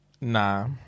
Nah